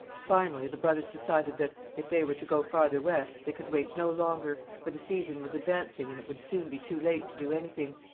finally the brothers decided that, if they were to go farther west, they could wait no longer, for the season was advancing and it would soon be too late to do anything.